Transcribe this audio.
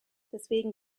deswegen